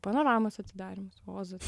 panoramos atsidarymas ozas